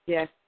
Yes